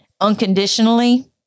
unconditionally